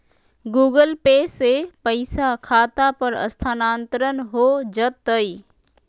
Google Pay से पईसा खाता पर स्थानानंतर हो जतई?